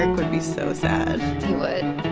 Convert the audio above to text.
like would be so sad he would